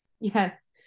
Yes